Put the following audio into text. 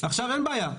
גם בחדר לבד.